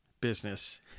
business